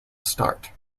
start